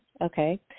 Okay